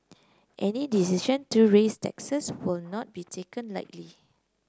any decision to raise taxes will not be taken lightly